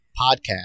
podcast